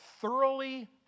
thoroughly